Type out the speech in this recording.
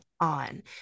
on